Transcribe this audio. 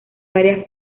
varias